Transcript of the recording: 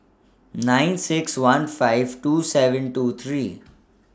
nine six one five two seven two three